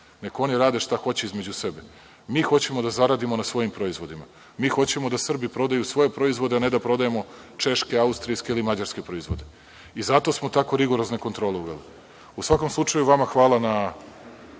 Neka oni rade šta hoće između sebe. Mi hoćemo da zaradimo na svojim proizvodima. Mi hoćemo da Srbi prodaju svoje proizvode, a ne da prodajemo češke, austrijske ili mađarske proizvode. I zato smo tako rigorozne kontrole uveli.U svakom slučaju, vama hvala na